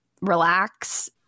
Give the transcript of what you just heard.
relax